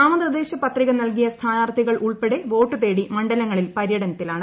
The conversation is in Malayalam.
നാമനിർദ്ദേശ പത്രിക നൽകിയ സ്ഥാനാർത്ഥികൾ ഉൾപ്പെടെ വോട്ടു തേടി മണ്ഡലങ്ങളിൽ പര്യടനത്തിലാണ്